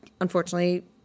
unfortunately